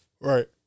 Right